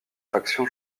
faction